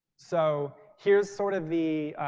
so here's sort of the